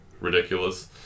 ridiculous